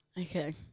Okay